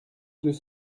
deux